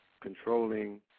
controlling